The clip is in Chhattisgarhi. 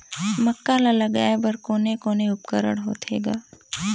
मक्का ला लगाय बर कोने कोने उपकरण होथे ग?